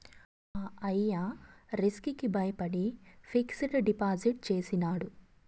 మా అయ్య రిస్క్ కి బయపడి ఫిక్సిడ్ డిపాజిట్ చేసినాడు